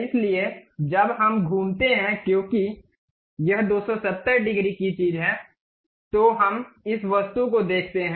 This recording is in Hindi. इसलिए जब हम घूमते हैं क्योंकि यह 270 डिग्री की चीज है तो हम इस वस्तु को देखते हैं